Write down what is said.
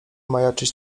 majaczyć